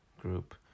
group